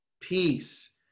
peace